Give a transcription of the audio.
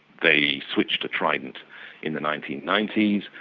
they switched to trident in the nineteen ninety s.